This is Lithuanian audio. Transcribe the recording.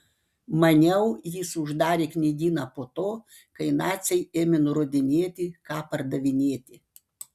maniau jis uždarė knygyną po to kai naciai ėmė nurodinėti ką pardavinėti